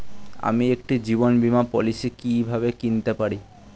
আমি একটি জীবন বীমা পলিসি কিভাবে কিনতে পারি?